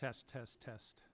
test test test